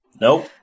Nope